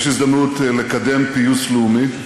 יש הזדמנות לקדם פיוס לאומי,